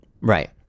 Right